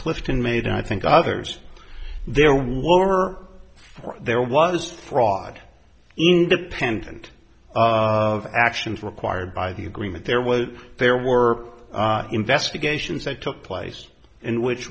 clifton made i think others there were there was fraud independent of actions required by the agreement there was there were investigations that took place in which